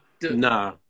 nah